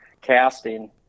casting